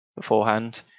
beforehand